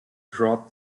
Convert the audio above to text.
trod